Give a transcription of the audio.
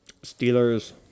Steelers